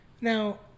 Now